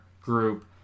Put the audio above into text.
group